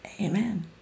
Amen